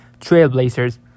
Trailblazers